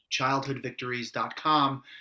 childhoodvictories.com